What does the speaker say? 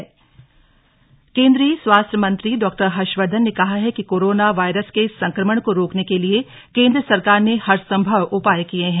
corona virus केन्द्रीय स्वास्थ्य मंत्री डॉ हर्षवर्धन ने कहा है कि कोरोना वायरस के संक्रमण को रोकने के लिए केंद्र सरकार ने हरसंभव उपाय किये हैं